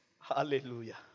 Hallelujah